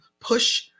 push